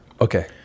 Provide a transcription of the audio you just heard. Okay